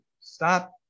Stop